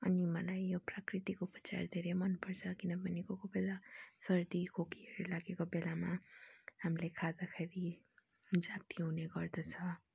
अनि मलाई यो प्राकृतिक उपचार धेरै मनपर्छ किनभने कोही कोही बेला सर्दी खोकीहरू लागेको बेलामा हामीले खाँदाखेरि जाती हुने गर्दछ